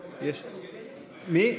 מי?